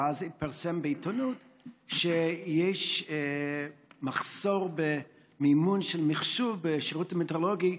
אבל אז התפרסם בעיתונות שיש מחסור במימון של מחשוב בשירות המטאורולוגי,